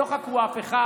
לא חקרו אף אחד.